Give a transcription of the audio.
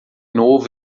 novo